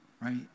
right